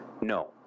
no